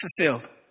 fulfilled